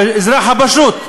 באזרח הפשוט.